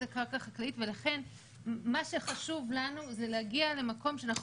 הקרקע החקלאית ולכן מה שחשוב לנו זה להגיע למקום שאנחנו